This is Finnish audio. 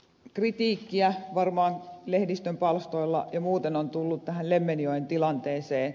kritiikkiä varmaan lehdistön palstoilla ja muuten on tullut tähän lemmenjoen tilanteeseen